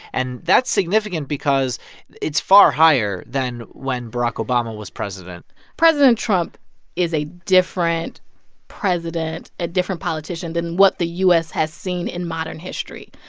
and that's significant because it's far higher than when barack obama was president president trump is a different president, a different politician than what the u s. has seen in modern history.